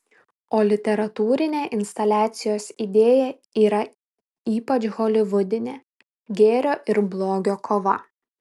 o literatūrinė instaliacijos idėja yra ypač holivudinė gėrio ir blogio kova